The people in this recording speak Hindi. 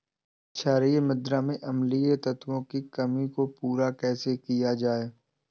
क्षारीए मृदा में अम्लीय तत्वों की कमी को पूरा कैसे किया जाए?